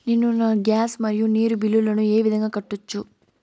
నేను నా గ్యాస్, మరియు నీరు బిల్లులను ఏ విధంగా కట్టొచ్చు?